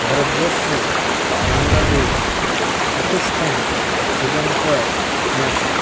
Bharatvarsha Bangladesh Pakistan Sri Lanka Nepal